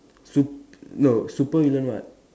sup no super villain what